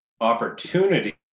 opportunity